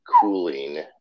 cooling